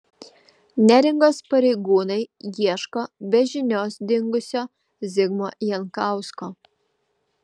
neringos pareigūnai ieško be žinios dingusio zigmo jankausko